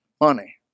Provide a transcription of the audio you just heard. money